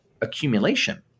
accumulation